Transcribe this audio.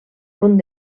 punt